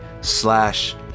slash